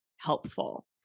helpful